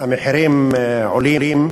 המחירים עולים,